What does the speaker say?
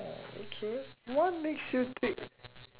orh okay what makes you think